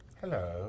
Hello